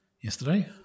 Yesterday